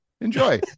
Enjoy